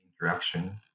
Interaction